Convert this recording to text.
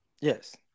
Yes